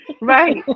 Right